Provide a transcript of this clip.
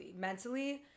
Mentally